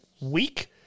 week